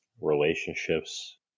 relationships